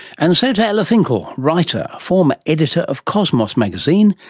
and so to ella finkel, writer, former editor of cosmos magazine,